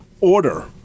order